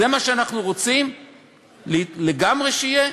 זה מה שאנחנו רוצים לגמרי שיהיה?